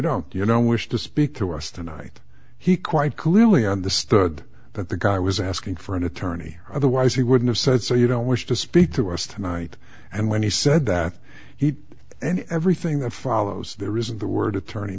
don't you know wish to speak to us tonight he quite clearly understood that the guy was asking for an attorney otherwise he wouldn't have said so you don't wish to speak to us tonight and when he said that he and everything that follows there isn't the word attorney